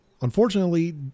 unfortunately